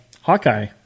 Hawkeye